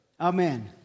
amen